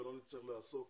ולא נצטרך לעסוק